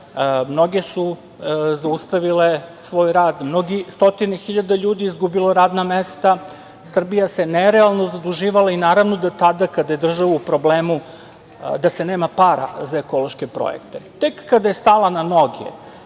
Mnoge su zaustavile svoj rad. Stotine ljudi je izgubilo radna mesta. Srbija se nerealno zaduživala i naravno da tada kada je država u problemu da se nema para za ekološke projekte. Tek kada je stala na noge